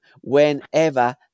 whenever